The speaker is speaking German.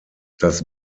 das